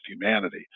humanity